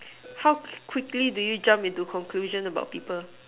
how quickly do you jump into conclusion about people